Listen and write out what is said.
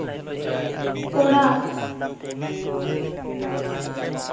ᱚᱲᱟᱜ